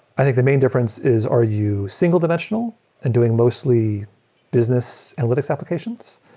i think the main difference is are you single dimensional and doing mostly business analytics applications?